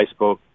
Facebook